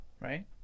Right